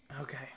Okay